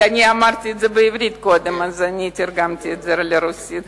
אמרתי את זה קודם בעברית ועכשיו תרגמתי לרוסית.